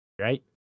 right